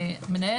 מנהל,